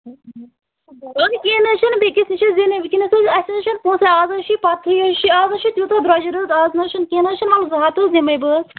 ول کیٚنٛہہ نہ حظ چھُنہٕ بیٚیِس نِش حظ زینَکھ وُنکیٚنَس نہِ اسہِ حظ چھِ پونٛسہٕ اَز حظ چھِ پَتہٕے چھِ اَز حظ چھُ تِیوٗتاہ درٛۄجَر حظ اَز نہ حظ چھُنہٕ کیٚنٛہہ نہ حظ چھُنہٕ وَلہٕ زٕ ہَتھ حظ دِمٕے بہٕ